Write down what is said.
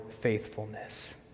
faithfulness